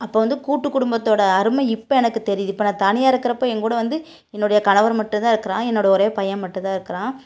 அப்போ வந்து கூட்டுக் குடும்பத்தோடய அருமை இப்போ எனக்கு தெரியுது இப்போ நான் தனியாக இருக்கிறப்ப ஏங்கூட வந்து என்னுடைய கணவர் மட்டும் தான் இருக்கிறாங்க என்னோட ஒரே பையன் மட்டும் தான் இருக்கிறான்